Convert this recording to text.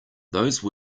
those